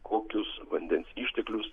kokius vandens išteklius